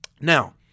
Now